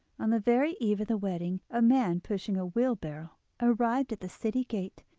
on the very eve of the wedding a man pushing a wheelbarrow arrived at the city gate,